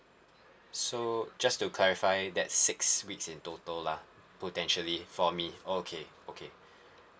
so just to clarify that six weeks in total lah potentially for me okay okay